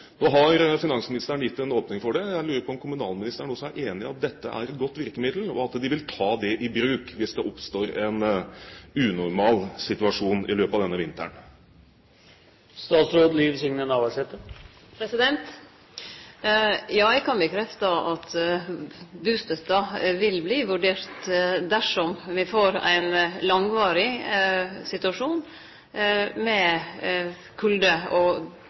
Nå har finansministeren gitt en åpning for det. Jeg lurer på om kommunalministeren også er enig i at dette er et godt virkemiddel, og at man vil ta det i bruk hvis det oppstår en unormal situasjon i løpet av denne vinteren. Ja, eg kan bekrefte at bustøtte vil bli vurdert dersom me får ein langvarig situasjon med kulde, og